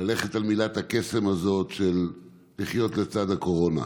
ללכת על מילת הקסם הזאת של לחיות לצד הקורונה,